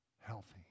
healthy